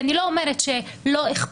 זו שאלה אחרת שלא קשורה כבר לחוק העונשין.